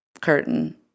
curtain